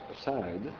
side